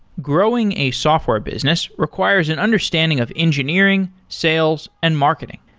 growing a software business requires an understanding of engineering, sales and marketing.